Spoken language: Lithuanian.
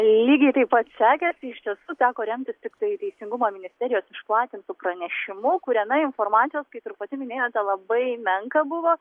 lygiai taip pat sekėsi iš tiesų teko remtis tiktai teisingumo ministerijos išplatintu pranešimu kuriame informacijos kaip ir pati minėjote labai menka buvo